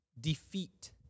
defeat